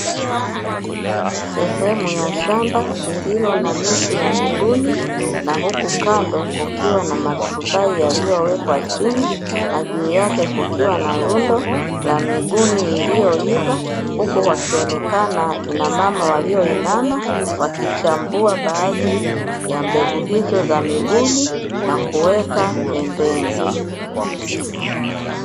Sehemu ya shamba lililo na miti ya mibuni na huku kando kukiwa na maturubai yaliyowekwa chini, na juu yake kukiwa na lundo la mibuni iliyoiva, huku wakionekana kina mama walioinama wakichambua baadhi ya mbegu hizo za mibuni na kuweka pembeni.